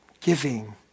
Giving